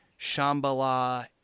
Shambhala